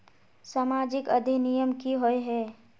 सामाजिक अधिनियम की होय है?